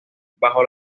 bajo